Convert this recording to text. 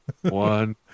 One